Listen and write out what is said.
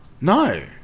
no